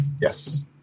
Yes